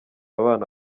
abana